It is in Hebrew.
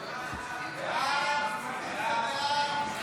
ההצעה להעביר את הצעת